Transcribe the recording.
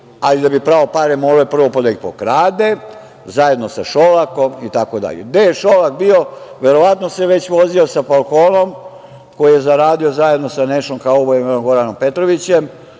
ali da bi prao pare morao je prvo da ih pokrade zajedno sa Šolakom, itd. Gde je Šolak bio? Verovatno se već vozio sa „Falkonom“ koji je zaradio zajedno sa Nešom kaubojem, Goranom Petrovićem,